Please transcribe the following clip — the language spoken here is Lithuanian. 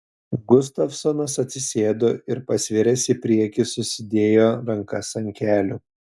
gustavsonas atsisėdo ir pasviręs į priekį susidėjo rankas ant kelių